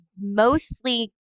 mostly